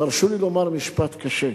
תרשו לי לומר משפט קשה: